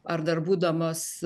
ar dar būdamos